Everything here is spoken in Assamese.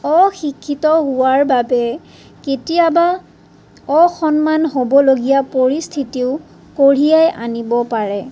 অশিক্ষিত হোৱাৰ বাবে কেতিয়াবা অসন্মান হ'বলগীয়া পৰিস্থিতিও কঢ়িয়াই আনিব পাৰে